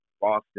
Boston